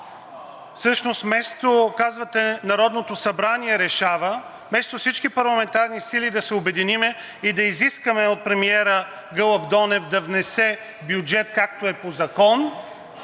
Всъщност вместо, казвате, Народното събрание решава, вместо всички парламентарни сили да се обединим и да изискаме от премиера Гълъб Донев да внесе бюджет, както е по закон,